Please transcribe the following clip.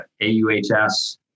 AUHS